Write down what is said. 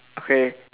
okay